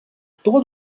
todo